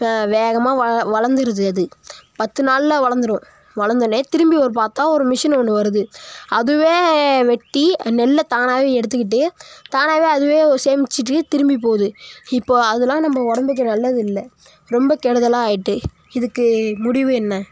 வேகமாக வளந்துடுது அது பத்து நாளில் வளர்ந்துடும் வளந்தோடனே திரும்பி ஒரு பார்த்தா ஒரு மிஷின் ஒன்று வருது அதுவே வெட்டி நெல்லை தானாகவே எடுத்துக்கிட்டு தானாகவே அதுவே சேமிச்சுட்டு திரும்பி போகுது இப்போது அதலாம் நம்ம உடம்புக்கு நல்லது இல்லை ரொம்ப கெடுதலாக ஆகிட்டு இதுக்கு முடிவு என்ன